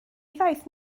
ddaeth